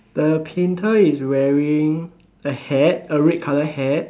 the painter is wearing a hat a red color hat